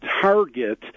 target